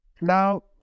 Now